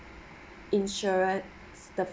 insurance the